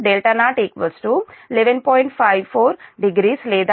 540 లేదా 0